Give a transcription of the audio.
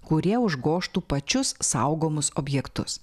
kurie užgožtų pačius saugomus objektus